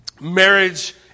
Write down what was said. marriage